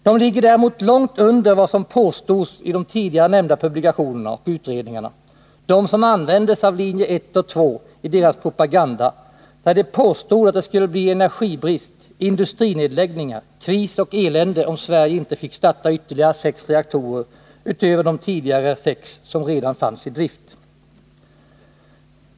De ligger däremot långt under vad som påstods i de tidigare nämnda publikationerna och utredningarna, som användes av linje 1 och 2 i deras propaganda där de påstod att det skulle bli energibrist, industrinedläggningar, kris och elände, om Sverige inte fick starta ytterligare sex reaktorer utöver de tidigare sex som redan fanns i drift.